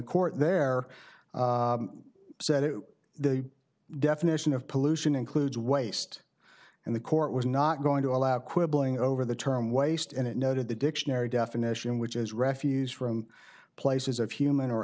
court there said the definition of pollution includes waste and the court was not going to allow quibbling over the term waste and it noted the dictionary definition which is refuse from places of human or